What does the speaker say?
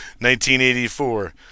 1984